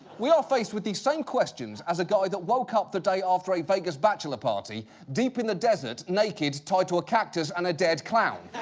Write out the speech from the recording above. we are faced with the same questions as a guy that woke up the day after a vegas bachelor party deep in the desert, naked, tied to a cactus and a dead clown,